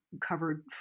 covered